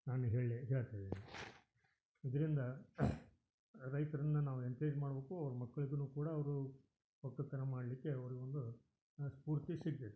ನಾನು ಹೇಳಿ ಹೇಳ್ತಿದ್ದೀನಿ ಇದರಿಂದ ರೈತರನ್ನ ನಾವು ಎನ್ಕ್ರೇಜ್ ಮಾಡ್ಬೇಕು ಅವ್ರ ಮಕ್ಳಿಗು ಕೂಡ ಅವರೂ ಒಕ್ಕಲುತನ ಮಾಡಲಿಕ್ಕೆ ಅವರಿಗೊಂದು ಸ್ಪೂರ್ತಿ ಸಿಗ್ತೈತಿ